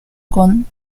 con